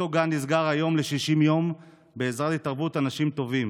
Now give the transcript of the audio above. אותו גן נסגר היום ל-60 יום בעזרת התערבות אנשים טובים.